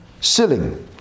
Silling